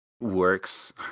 works